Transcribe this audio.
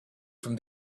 from